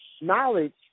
knowledge